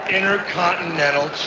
Intercontinental